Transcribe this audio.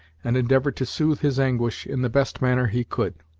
and endeavored to soothe his anguish in the best manner he could.